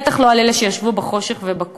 בטח לא על אלה שישבו בחושך ובקור.